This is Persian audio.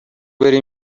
بری